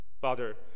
Father